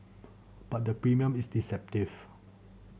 but the premium is deceptive